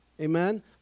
Amen